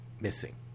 missing